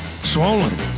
swollen